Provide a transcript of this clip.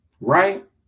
right